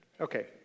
Okay